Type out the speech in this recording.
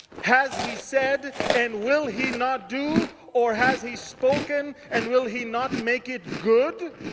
has he said, and will he not do? or has he spoken, and will he not make it good?